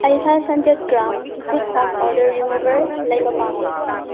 ꯑꯩ five hundred gram ꯒꯨꯠ ꯍꯣꯝ ꯑꯣꯗꯔ ꯔꯤꯃꯨꯕꯔ ꯂꯩꯕ ꯄꯥꯝꯃꯤ